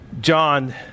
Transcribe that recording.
John